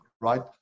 right